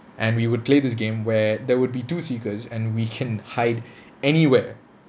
and we would play this game where there would be two seekers and we can hide anywhere